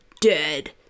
dead